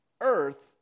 earth